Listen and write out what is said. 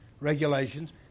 regulations